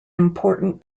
important